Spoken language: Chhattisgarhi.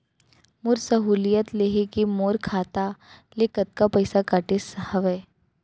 मोर सहुलियत लेहे के मोर खाता ले कतका पइसा कटे हवये?